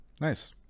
nice